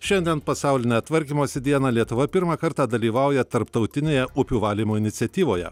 šiandien pasaulinę tvarkymosi dieną lietuvoje pirmą kartą dalyvauja tarptautinėje upių valymo iniciatyvoje